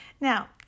Now